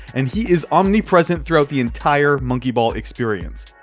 and he is omnipresent throughout the entire monkey ball experience.